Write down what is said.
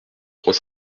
trois